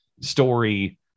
story